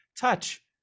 touch